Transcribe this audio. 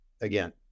again